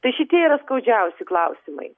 tai šitie yra skaudžiausi klausimai